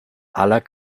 aller